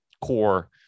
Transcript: core